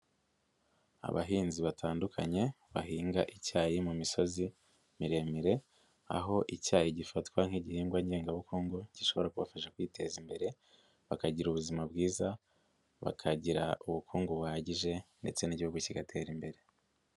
SAbahinzi batandukanye bahinga icyayi mu misozi miremire, aho icyayi gifatwa nk'igihingwa ngengabukungu gishobora kubafasha kwiteza imbere bakagira ubuzima bwiza bakagira ubukungu buhagije, ndetse n'Igihugu kigatera imbere.